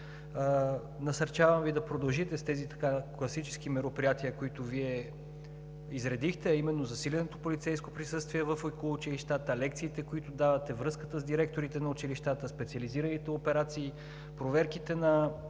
Насърчавам Ви да продължите с тези класически мероприятия, които Вие изредихте, а именно засиленото полицейско присъствие около училищата, лекциите, които давате, връзката с директорите на училищата, специализираните операции, проверките на